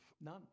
None